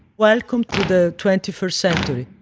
welcome to the twenty first century.